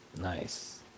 Nice